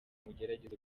mugerageze